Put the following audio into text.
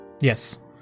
yes